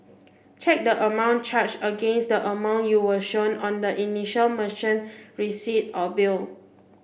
check the amount charged against the amount you were shown on the initial merchant receipt or bill